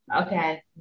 okay